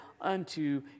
unto